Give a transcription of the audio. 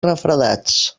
refredats